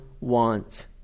want